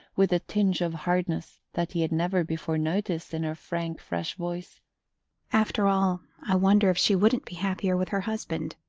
with a tinge of hardness that he had never before noticed in her frank fresh voice after all, i wonder if she wouldn't be happier with her husband.